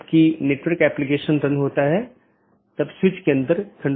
हम देखते हैं कि N1 R1 AS1 है यह चीजों की विशेष रीचाबिलिटी है